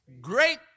great